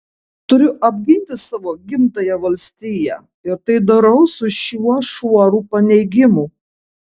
turiu apginti savo gimtąją valstiją ir tai darau su šiuo šuoru paneigimų